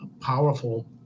powerful